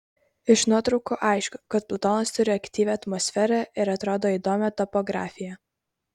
iš nuotraukų aišku kad plutonas turi aktyvią atmosferą ir atrodo įdomią topografiją